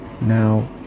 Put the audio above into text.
now